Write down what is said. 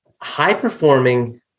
High-performing